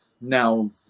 now